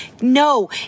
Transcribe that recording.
no